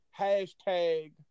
hashtag